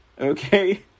Okay